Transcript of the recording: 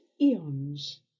eons